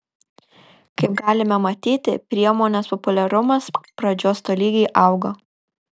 kaip galime matyti priemonės populiarumas pradžios tolygiai auga